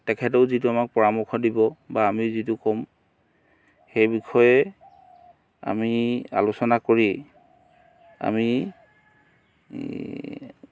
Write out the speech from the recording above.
তেখেতেও যিটো আমাক পৰামৰ্শ দিব বা আমি যিটো ক'ম সেই বিষয়ে আমি আলোচনা কৰি আমি